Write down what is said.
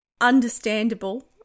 understandable